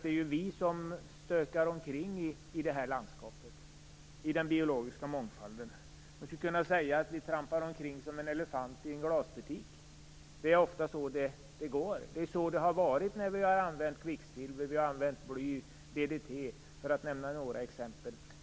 Det är vi som stökar omkring i landskapet och i den biologiska mångfalden. Man skulle kunna säga att vi trampar omkring som en elefant i en glasbutik. Det är så det har varit när vi har använt kvicksilver, bly och DDT, för att nämna några exempel.